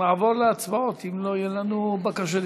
נעבור להצבעות, אם לא יהיו לנו בקשות.